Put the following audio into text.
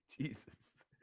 Jesus